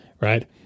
right